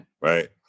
right